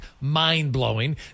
mind-blowing